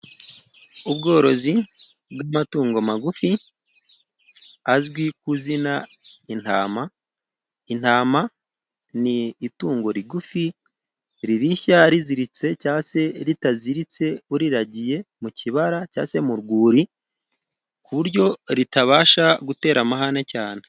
Ubworozi bw'amatungo magufi azwi ku izina ry' intama. Intama ni itungo rigufi ririsha riziritse, cyanga se ritaziritse uriragiye mu kibara cyangwa se mu rwuri, kuburyo ritabasha gutera amahane cyane.